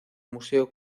museo